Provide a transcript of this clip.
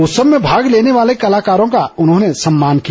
उत्सव में भाग लेने वाले कलाकारों का उन्होंने सम्मान किया